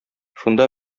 шунда